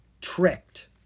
Tricked